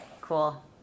cool